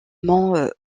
mont